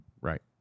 Right